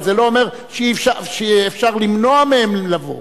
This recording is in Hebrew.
אבל זה לא אומר שאפשר למנוע מהם לבוא.